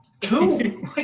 Two